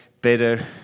better